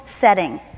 setting